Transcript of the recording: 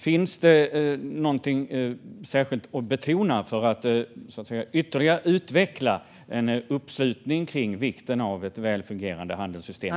Finns det något särskilt att betona för att ytterligare utveckla en uppslutning kring vikten av ett väl fungerande handelssystem?